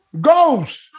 Ghost